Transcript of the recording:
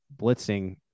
blitzing